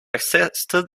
existed